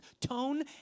tone